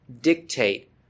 dictate